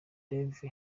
rev